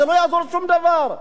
לא יעזור שום דבר.